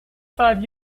five